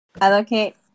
allocate